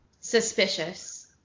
suspicious